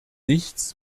nichts